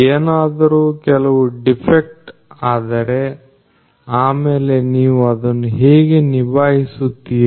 ಏನಾದರೂ ಕೆಲವು ಡಿಫೆಕ್ಟ್ ಆದರೆ ಆಮೇಲೆ ನೀವು ಅದನ್ನು ಹೇಗೆ ನಿಭಾಯಿಸುತ್ತೀರಿ